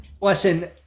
Listen